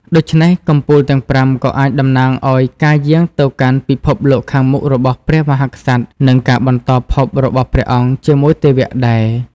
ដូច្នេះ កំពូលទាំងប្រាំក៏អាចតំណាងឲ្យការយាងទៅកាន់ពិភពលោកខាងមុខរបស់ព្រះមហាក្សត្រ និងការបន្តភពរបស់ព្រះអង្គជាមួយទេវៈដែរ។